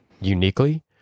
uniquely